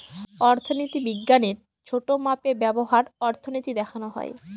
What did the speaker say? অর্থনীতি বিজ্ঞানের ছোটো মাপে ব্যবহার অর্থনীতি দেখানো হয়